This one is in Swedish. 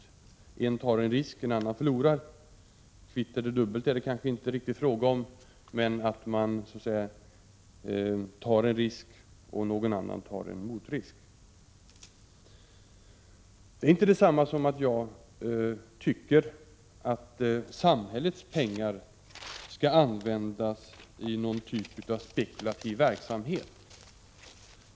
Någon tar en risk och någon annan förlorar, eller tar en motrisk. Kvitt eller dubbelt är det nog inte riktigt fråga om. Detta är inte detsamma som att jag skulle tycka att samhällets pengar skall användas i någon typ av spekulativ verksamhet.